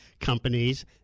companies